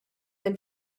than